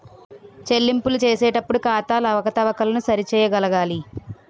చెల్లింపులు చేసేటప్పుడు ఖాతాల అవకతవకలను సరి చేయగలగాలి